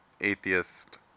atheist